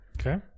Okay